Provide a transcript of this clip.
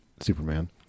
superman